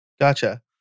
Gotcha